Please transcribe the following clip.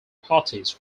properties